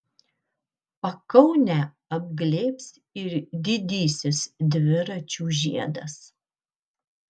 pakaunę apglėbs ir didysis dviračių žiedas